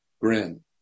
grin